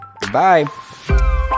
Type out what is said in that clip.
Goodbye